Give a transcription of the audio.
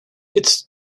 its